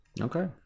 Okay